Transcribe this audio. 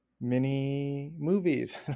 mini-movies